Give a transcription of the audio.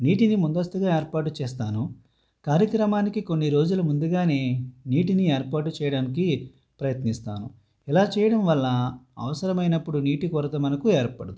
నీటిని ముందస్థుగా ఏర్పాటు చేస్తాను కార్యక్రమానికి కొన్ని రోజులు ముందుగానే నీటిని ఏర్పాటు చేయడానికి ప్రయత్నిస్తాను ఇలా చేయడం వల్ల అవసరమైనప్పుడు నీటి కొరత మనకు ఏర్పడదు